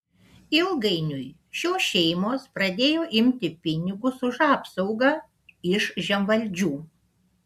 ilgainiui šios šeimos pradėjo imti pinigus už apsaugą iš žemvaldžių